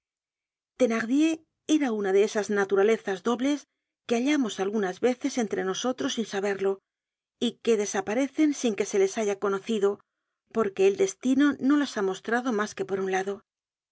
thenardier era una de esas naturalezas dobles que hallamos algunas veces entre nosotros sin saberlo y que desaparecen sin que se les haya conocido porque el destino no las ha mostrado mas que por un lado